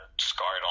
scarred